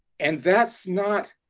and that's not